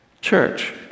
Church